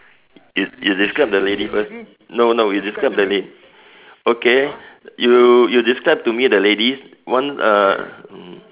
you you describe the lady first no no you describe the la~ okay you you describe to me the ladies one uh mm